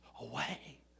away